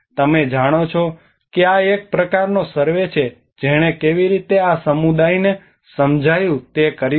તમે જાણો છો કે આ એક પ્રકારનો સર્વે છે જેણે કેવી રીતે આ સમુદાયને સમજાયું તે કર્યું છે